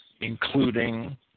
including